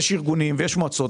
כשיש ארגונים ויש מועצות,